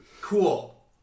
Cool